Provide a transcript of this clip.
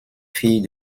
fille